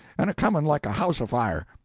and a coming like a house afire.